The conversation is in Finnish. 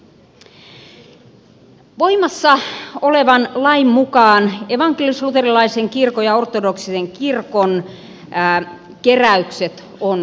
voimassa olevan lain mukaan evankelisluterilaisen kirkon ja ortodoksisen kirkon keräykset on nimenomaisesti kielletty